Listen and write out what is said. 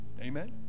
Amen